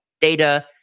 data